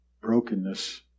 brokenness